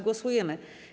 Głosujemy.